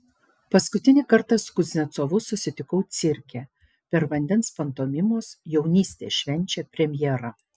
paskutinį kartą su kuznecovu susitikau cirke per vandens pantomimos jaunystė švenčia premjerą